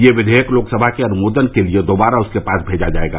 यह विधेयक लोकसभा के अनुमोदन के लिए दोबारा उसके पास भेजा जाएगा